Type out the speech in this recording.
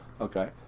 Okay